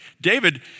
David